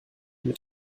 mit